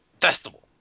festival